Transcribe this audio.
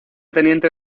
teniente